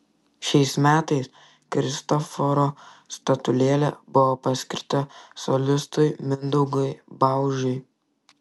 šiais metais kristoforo statulėlė buvo paskirta solistui mindaugui baužiui